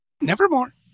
Nevermore